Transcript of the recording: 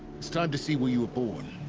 it's time to see where you were born.